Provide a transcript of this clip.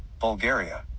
Bulgaria